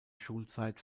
schulzeit